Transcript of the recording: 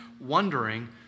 wondering